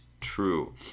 true